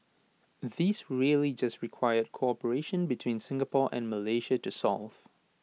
these really just required cooperation between Singapore and Malaysia to solve